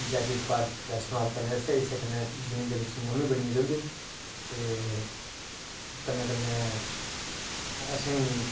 जां पता नी दिक्खो दिक्खी दे बिच्च पंजाह् परसैंट जां सट्ठ परसैंट नमीं जेनरेशन